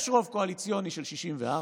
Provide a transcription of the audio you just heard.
יש רוב קואליציוני של 64,